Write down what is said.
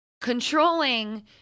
Controlling